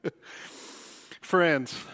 Friends